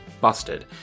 busted